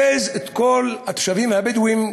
זה לרכז את כל התושבים הבדואים,